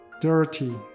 dirty